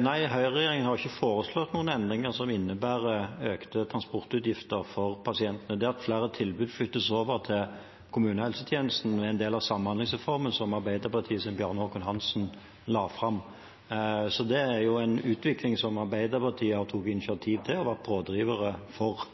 Nei, høyreregjeringen har ikke foreslått noen endringer som innebærer økte transportutgifter for pasientene. Det at flere tilbud flyttes over til kommunehelsetjenesten, er en del av samhandlingsreformen, som Arbeiderpartiets Bjarne Håkon Hanssen la fram. Så det er en utvikling som Arbeiderpartiet tok initiativ til og var pådrivere for.